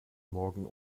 morgen